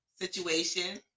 situation